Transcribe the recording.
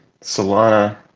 Solana